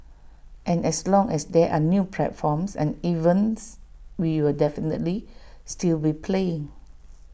and as long as there are new platforms and events we will definitely still be playing